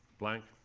blank.